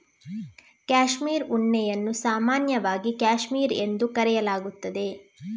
cashmere ಉಣ್ಣೆಯನ್ನು ಸಾಮಾನ್ಯವಾಗಿ cashmere ಎಂದು ಕರೆಯಲಾಗುತ್ತದೆ